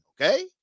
okay